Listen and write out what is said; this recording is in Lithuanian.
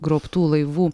grobtų laivų